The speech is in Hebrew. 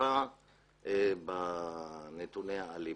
חריפה באלימות.